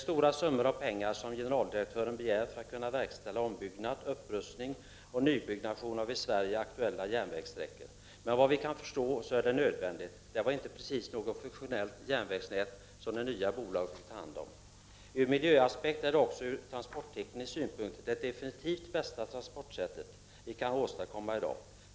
Generaldirektören begär stora summor pengar för att kunna verkställa ombyggnad, upprustning och nybyggnation av i Sverige aktuella järnvägssträckor. Enligt vad vi kan förstå är det nödvändigt. Det var inte precis något funktionellt järnvägsnät som det nya bolaget fick ta hand om. Ur miljöoch transportteknisk synpunkt är det definitivt det bästa transportsätt vi kan åstadkomma i dag.